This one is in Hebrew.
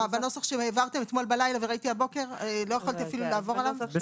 מבחינתו אפשר להוריד הכול.